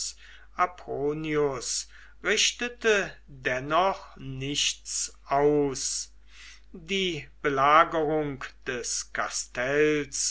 apronius richtete dennoch nichts aus die belagerung des kastells